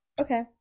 okay